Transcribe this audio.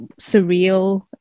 surreal